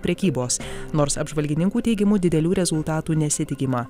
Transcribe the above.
prekybos nors apžvalgininkų teigimu didelių rezultatų nesitikima